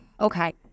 Okay